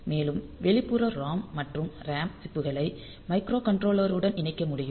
மேலும் வெளிப்புற ROM மற்றும் RAM சிப் புகளை மைக்ரோகண்ட்ரோலருடன் இணைக்க முடியும்